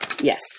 Yes